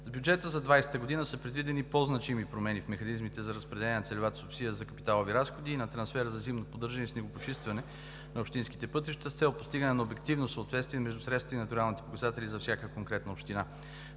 В бюджета за 2020 г. са предвидени по-значими промени в механизмите за разпределение на целевата субсидия за капиталови разходи и на трансфера за зимно поддържане и снегопочистване на общинските пътища с цел постигане на обективно съответствие между средствата и натуралните показатели за всяка конкретна община.